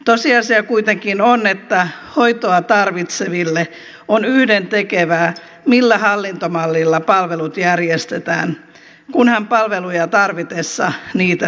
tosiasia kuitenkin on että hoitoa tarvitseville on yhdentekevää millä hallintomallilla palvelut järjestetään kunhan palveluja tarvitessaan niitä saa